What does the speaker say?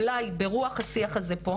אולי ברוח השיח הזה פה.